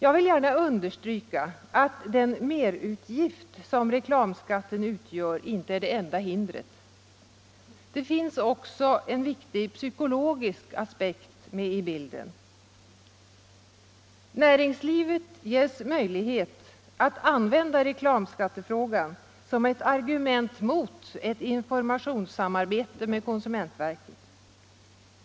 Jag vill gärna understryka att den merutgift som reklamskatten utgör inte är det enda hindret. Det finns också en viktig psykologisk aspekt med i bilden. Näringslivet ges möjlighet att använda reklamskatten som ett argument mot ett informationssamarbete med konsumentverket.